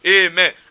Amen